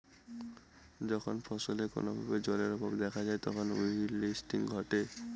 যখন ফসলে কোনো ভাবে জলের অভাব দেখা যায় তখন উইল্টিং ঘটে